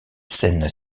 scènes